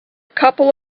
couple